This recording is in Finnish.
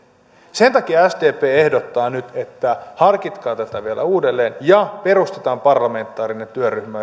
sen takia sdp ehdottaa nyt että harkitkaa tätä vielä uudelleen ja perustetaan parlamentaarinen työryhmä